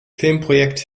filmprojekt